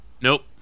Nope